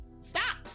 stop